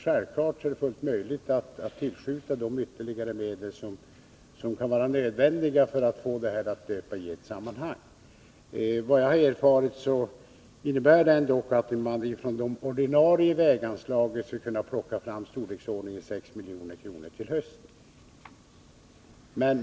Självfallet är det fullt möjligt att tillskjuta de ytterligare medel som kan vara nödvändiga för att få bygget att löpa och ske i ett sammanhang. Enligt vad jag har erfarit skall man ur det ordinarie väganslaget till hösten kunna plocka fram ett belopp i storleksordningen 6 milj.kr.